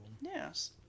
Yes